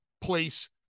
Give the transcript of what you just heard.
place